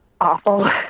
Awful